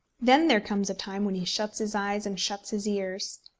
then there comes a time when he shuts his eyes and shuts his ears.